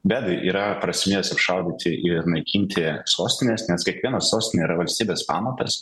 bet yra prasmės apšaudyti ir naikinti sostines nes kiekviena sostinė yra valstybės pamatas